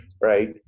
right